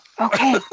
Okay